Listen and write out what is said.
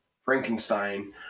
Frankenstein